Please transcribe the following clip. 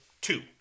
Two